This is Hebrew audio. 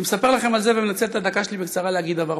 אני מספר לכם על זה ומנצל את הדקה שלי בקצרה להגיד דבר פשוט: